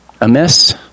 amiss